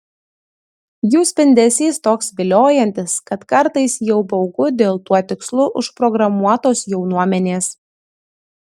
jų spindesys toks viliojantis kad kartais jau baugu dėl tuo tikslu užprogramuotos jaunuomenės